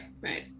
Right